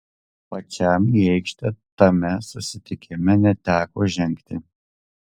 pačiam į aikštę tame susitikime neteko žengti